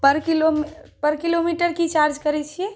पर kilo kilometre की charge करै छियै